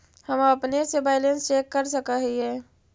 हम अपने से बैलेंस चेक कर सक हिए?